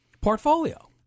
portfolio